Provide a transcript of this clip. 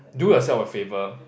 do yourself a favour